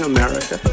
America